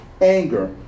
anger